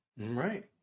right